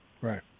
right